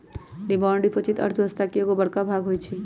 demand deposit अर्थव्यवस्था के एगो बड़का भाग होई छै